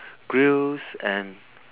grills and